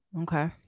okay